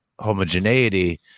homogeneity